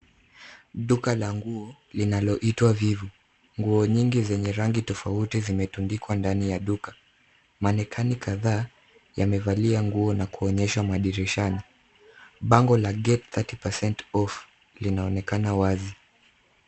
Duka la nguo linaloitwa vivu. Nguo nyingi zenye rangi tofauti zimetundikwa ndani ya duka. Manekani kadhaa yamevalia nguo na kuonekana dirishani. Bango la get 30% off linaonekana wazi.